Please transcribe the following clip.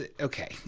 Okay